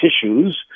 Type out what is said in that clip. tissues